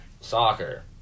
Soccer